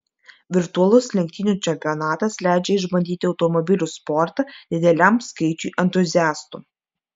virtualus lenktynių čempionatas leidžia išbandyti automobilių sportą dideliam skaičiui entuziastų